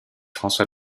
françois